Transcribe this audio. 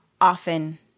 often